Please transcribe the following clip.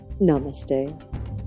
Namaste